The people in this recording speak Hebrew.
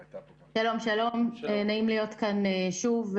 נעים להיות פה שוב,